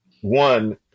one